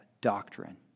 doctrine